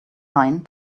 line